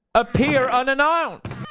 appear unannounced